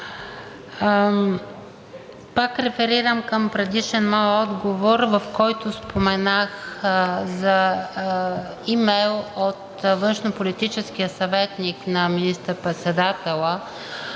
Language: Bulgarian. пак реферирам към предишен мой отговор, в който споменах за имейл от външнополитическия съветник на министър-председателя